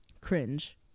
cringe